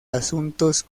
asuntos